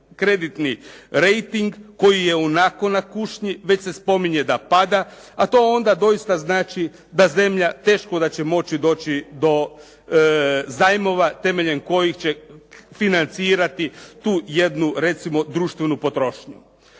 kreditni reiting koji je ionako na kušnji, već se spominje da pada, a to onda doista znači da zemlja teško da će moći doći do zajmova temeljem kojih će financirati tu jednu recimo društvenu potrošnju.